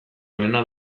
onena